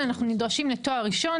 אנחנו נדרשים לתואר ראשון,